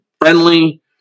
friendly